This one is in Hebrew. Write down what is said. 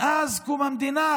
מאז קום המדינה